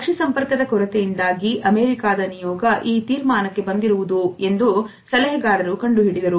ಅಕ್ಷಿ ಸಂಪರ್ಕದ ಕೊರತೆಯಿಂದಾಗಿ ಅಮೇರಿಕಾದ ನಿಯೋಗ ಈ ತೀರ್ಮಾನಕ್ಕೆ ಬಂದಿರುವುದು ಎಂದು ಸಲಹೆಗಾರರು ಕಂಡುಹಿಡಿದರು